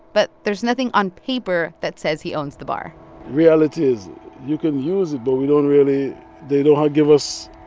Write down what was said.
but there's nothing on paper that says he owns the bar reality is you can use it, but we don't really they don't ah give us